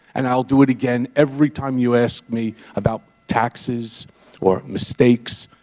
and i'll do it again every time you ask me about taxes or mistakes.